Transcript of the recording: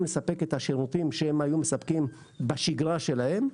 לספק את השירותים שהם היו מספקים בשגרה שלהם,